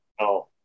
No